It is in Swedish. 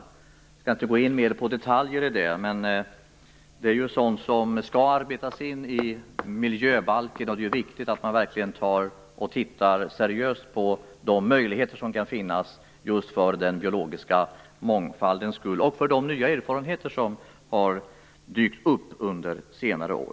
Jag skall inte gå in mer i detalj på det, men det är sådant som skall arbetas in i miljöbalken. Det är viktigt att man då verkligen tittar seriöst på de möjligheter som kan finnas - just för den biologiska mångfaldens skull och med tanke på de nya erfarenheter som har dykt upp under senare år.